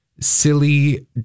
silly